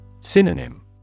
Synonym